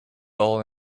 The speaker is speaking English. all